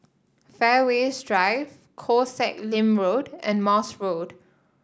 Fairways Drive Koh Sek Lim Road and Morse Road